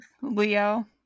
leo